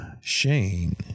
Shane